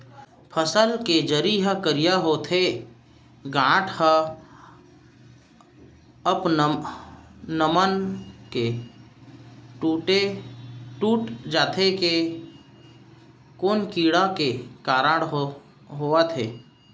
फसल के जरी ह करिया हो जाथे, गांठ ह अपनमन के टूट जाथे ए कोन कीड़ा के कारण होवत हे?